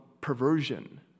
perversion